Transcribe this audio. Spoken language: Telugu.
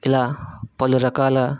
ఇలా పలురకాల